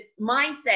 mindset